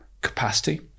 capacity